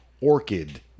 Orchid